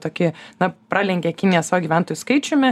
tokį na pralenkė kiniją savo gyventojų skaičiumi